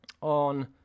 on